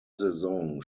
saison